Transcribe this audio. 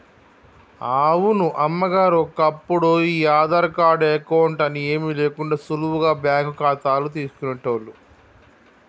అవును అమ్మగారు ఒప్పుడు ఈ ఆధార్ కార్డు అకౌంట్ అని ఏమీ లేకుండా సులువుగా బ్యాంకు ఖాతాలు తీసుకునేటోళ్లు